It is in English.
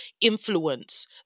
influence